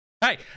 Hey